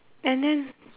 and then